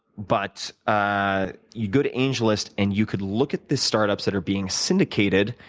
but ah you go to angellist and you could look at the startups that are being syndicated.